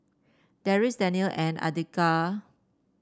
Deris Daniel and Andika